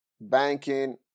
banking